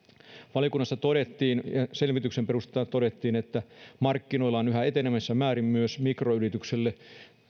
valiokunnassa todettiin ja selvityksen perusteella todettiin että markkinoilla on yhä enenevässä määrin myös mikroyrityksille